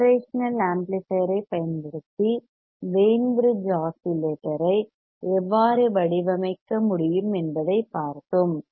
operational amplifier ஐப் பயன்படுத்தி Wien bridge ஆஸிலேட்டரை எவ்வாறு வடிவமைக்க முடியும் என்பதைப் பார்த்தோம்